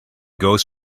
goes